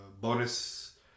bonus